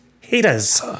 haters